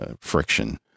friction